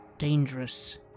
dangerous